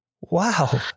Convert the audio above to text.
Wow